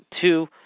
two